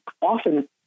often